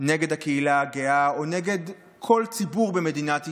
נגד הקהילה הגאה או נגד כל ציבור במדינת ישראל,